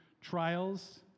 trials